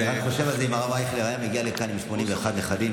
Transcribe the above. אני רק חושב אם הרב אייכלר היה מגיע לכאן עם 81 נכדים.